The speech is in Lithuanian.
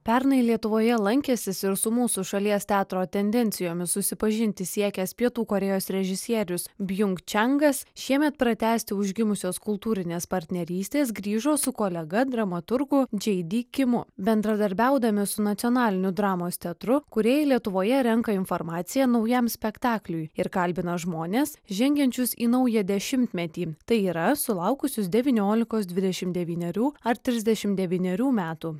pernai lietuvoje lankęsis ir su mūsų šalies teatro tendencijomis susipažinti siekęs pietų korėjos režisierius bjunk čengas šiemet pratęsti užgimusios kultūrinės partnerystės grįžo su kolega dramaturgu džei dy kimu bendradarbiaudami su nacionaliniu dramos teatru kūrėjai lietuvoje renka informaciją naujam spektakliui ir kalbina žmones žengiančius į naują dešimtmetį tai yra sulaukusius devyniolikos dvidešim devynerių ar trisdešim devynerių metų